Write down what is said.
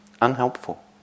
unhelpful